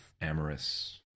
amorous